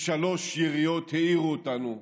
ושלוש יריות העירו אותנו,